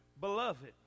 Beloved